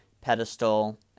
pedestal